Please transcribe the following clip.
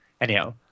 anyhow